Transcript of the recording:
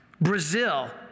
Brazil